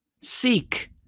Seek